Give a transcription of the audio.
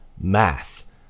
math